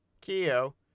Keo